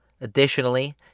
Additionally